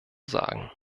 sagen